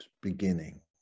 beginning